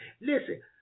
Listen